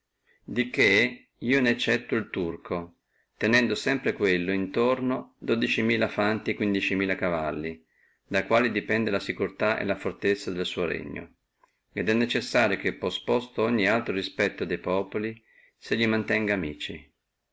di che io ne eccettuo el turco tenendo sempre quello intorno a sé dodici mila fanti e quindici mila cavalli da quali depende la securtà e la fortezza del suo regno et è necessario che posposto ogni altro respetto quel signore se li mantenga amici